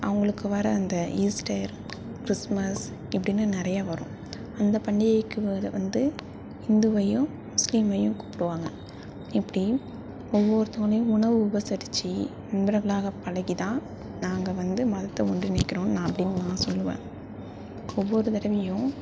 அவங்களுக்கு வர அந்த ஈஸ்டர் கிறிஸ்மஸ் இப்படின்னு நிறையா வரும் அந்த பண்டிகைக்கு வர வந்து இந்துவையும் முஸ்லிமையும் கூப்பிடுவாங்க இப்படி ஒவ்வொருத்தவங்களையும் உணவு உபசரிச்சி நண்பர்களாக பழகி தான் நாங்கள் வந்து மதத்தை ஒன்றிணைக்குறோம் நான் அப்படின்னு நான் சொல்லுவேன் ஒவ்வொரு தடவையும்